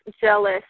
jealous